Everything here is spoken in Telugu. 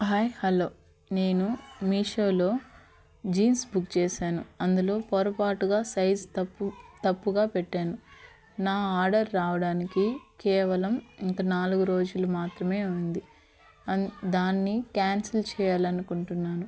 హాయ్ హల్లో నేను మీషోలో జీన్స్ బుక్ చేసాను అందులో పొరపాటుగా సైజ్ తప్పు తప్పుగా పెట్టాను నా ఆర్డర్ రావడానికి కేవలం ఇంకా నాలుగు రోజులు మాత్రమే ఉంది అన్ దానిని క్యాన్సిల్ చేయాలని అనుకుంటున్నాను